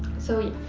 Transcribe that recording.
so yeah